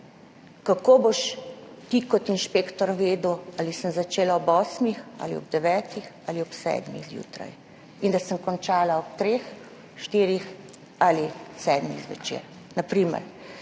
kako boš ti kot inšpektor vedel, ali sem začela ob osmih ali ob devetih ali ob sedmih zjutraj in da sem končala ob treh, štirih ali sedmih zvečer, na primer?